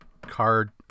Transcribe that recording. card